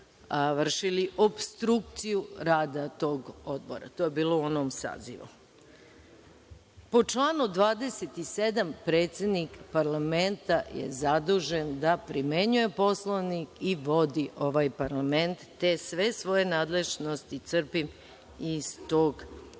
vršili opstrukciju rada tog odbora. To je bilo u onom sazivu. Po članu 27. predsednik parlamenta je zadužen da primenjuje Poslovnik i vodi ovaj parlament, te sve svoje nadležnosti crpim iz tog člana.